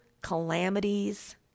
calamities